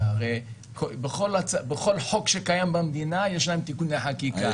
בכל חוק שקיים במדינה יש להם תיקוני חקיקה,